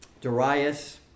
Darius